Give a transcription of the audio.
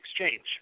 exchange